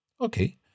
Okay